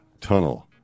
tunnel